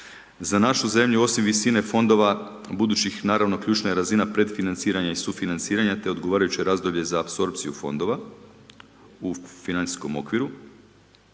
Za našu zemlju osim visine fondova, budućih naravno, ključna je razina predfinanciranja i sufinanciranja, te odgovarajuće razdoblje za apsorpciju fondova, u financijskom okviru.